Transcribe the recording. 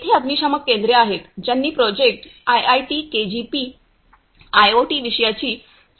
येथे अग्निशामक केंद्रे आहेत ज्यांनी project IIT KGP I OT विषयाची सदस्यता घेतली आहे